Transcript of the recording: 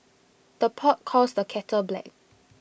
the pot calls the kettle black